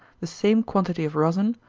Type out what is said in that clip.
the same quantity of rosin,